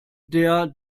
der